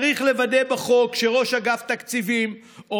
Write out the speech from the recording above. צריך לוודא בחוק שראש אגף תקציבים או